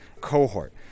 cohort